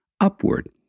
upward